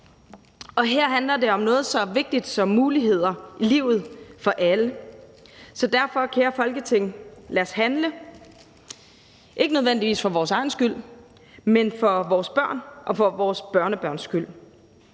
og her handler det om noget så vigtigt som lige muligheder i livet for alle, så derfor kære Folketing: Lad os handle, ikke nødvendigvis for vores egen skyld, men for vores børn og vores børnebørns skyld;